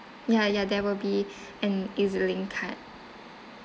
ya ya there will be an E_Z link card